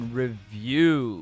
review